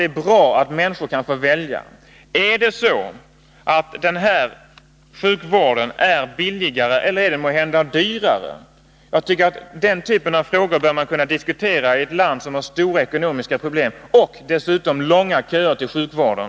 Är det bra att människor får välja? Är den här privatsjukvården billigare eller dyrare? Jag tycker att man bör kunna diskutera de frågorna i ett land som har stora ekonomiska problem och dessutom långa köer till sjukvården.